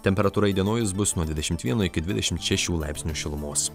temperatūra įdienojus bus nuo dvidešimt vieno iki dvidešimt šešių laipsnių šilumos